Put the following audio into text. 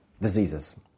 diseases